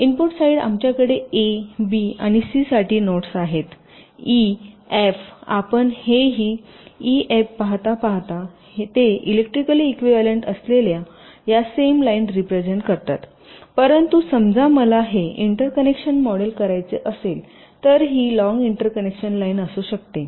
input side आमच्याकडे A B आणि C साठी नोट्स आहेत ई एफ आपण हे ई आणि एफ पाहता पाहता ते इलेकट्रीकली इक्विव्हॅलेंट असलेल्या या सेम लाईन रिप्रेझेन्ट करतात परंतु समजा मला हे इंटरकनेक्शन मॉडेल करायचे असेल तर ही लॉन्ग इंटरकनेक्शन लाइन असू शकते